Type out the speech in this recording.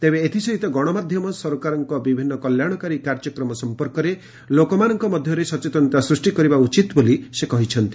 ତେବେ ଏଥିସହିତ ଗଣମାଧ୍ୟମ ସରକାରଙ୍କ ବିଭିନ୍ନ କଲ୍ୟାଣକାରୀ କାର୍ଯ୍ୟକ୍ମ ସଫପର୍କରେ ଲୋକଙ୍କ ମଧ୍ୟରେ ସଚେତନତା ସୃଷ୍ଟି କରିବା ଉଚିତ ବୋଲି ସେ କହିଛନ୍ତି